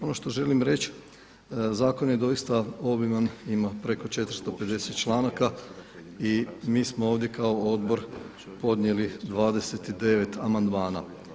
Ono što želim reći, zakon je doista obiman, ima preko 450 članaka i mi smo ovdje kao odbor podnijeli 29 amandmana.